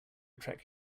track